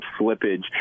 slippage